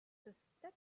statistique